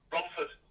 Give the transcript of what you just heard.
Romford